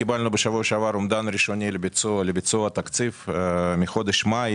קיבלנו בשבוע שעבר אומדן ראשוני לביצוע התקציב מחודש מאי,